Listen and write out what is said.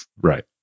right